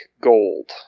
gold